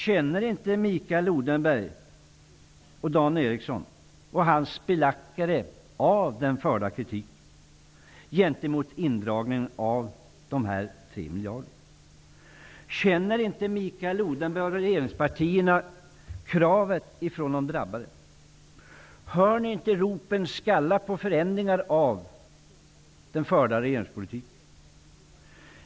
Känner inte Mikael Odenberg, Dan Eriksson och deras anhängare av kritiken gentemot indragningen av de föreslagna 3 miljarderna? Känner inte Mikael Odenberg och regeringspartierna kravet från de drabbade? Hör ni inte ropen på förändringar av den förda regeringspolitiken skalla?